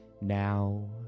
now